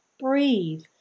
Breathe